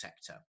sector